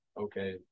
okay